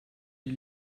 die